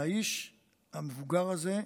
האיש המבוגר הזה,